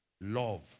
Love